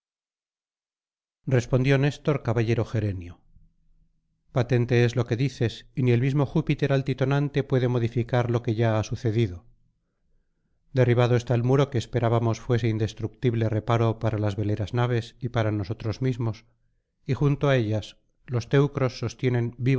respondió néstor caballero gerenio patente es lo que dices y ni el mismo júpiter altitonante puede modificar lo que ya ha sucedido derribado está el muro que esperábamos fuese indestructible reparo para las veleras naves y para nosotros mismos y junto á ellas los teucros sostienen